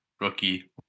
rookie